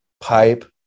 Pipe